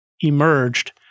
emerged